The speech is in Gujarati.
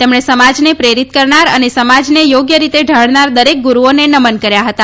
તેમણે સમા ને પ્રેરિત કરનાર અને સમા ને થાપ્ય રીતે ઢાળનાર દરેક ગુરૂઓને નમન કર્યા હતા